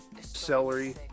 celery